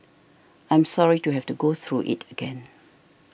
I'm sorry to have to go through it again